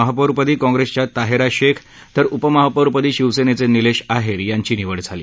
महापौर पदी काँप्रेसच्या ताहेरा शेख तर उपमहापौर पदी शिवसेनेचे निलेश आहेर यांची निवड झाली